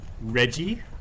Reggie